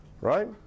Right